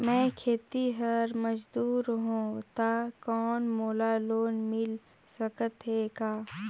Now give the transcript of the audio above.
मैं खेतिहर मजदूर हों ता कौन मोला लोन मिल सकत हे का?